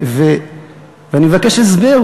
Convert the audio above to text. ואני מבקש הסבר.